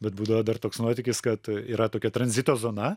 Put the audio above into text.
bet būdavo dar toks nuotykis kad yra tokia tranzito zona